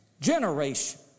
generation